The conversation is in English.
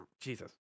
Jesus